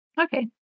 Okay